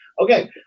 Okay